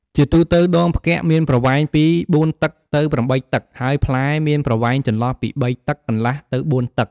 ជាទូទៅ ដងផ្គាក់មានប្រវែងពី ៤ តឹកទៅ ៨ តឹក ហើយផ្លែមានប្រវែងចន្លោះពី ៣ តឹកកន្លះទៅ ៤ តឹក ។